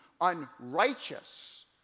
unrighteous